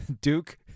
Duke